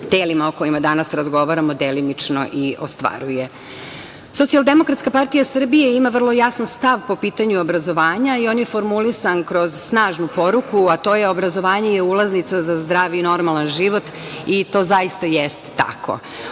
telima o kojima danas razgovaramo, delimično i ostvaruje. Socijaldemokratska partija Srbije ima vrlo jasan stav po pitanju obrazovanja i on je formulisan kroz snažnu poruku, a to je obrazovanje je ulaznica za zdrav i normalan život i to zaista jeste tako.